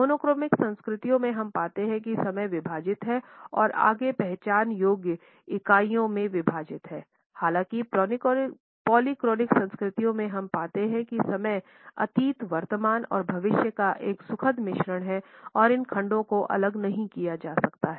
monochronic संस्कृतियों में हम पाते हैं कि समय विभाजित है और आगे पहचान योग्य इकाइयों में विभाजित है हालाँकि पॉलीक्रॉनिक संस्कृतियों में हम पाते हैं कि समय अतीत वर्तमान और भविष्य का एक सुखद मिश्रण है और इन खंडों को अलग नहीं किया जाता है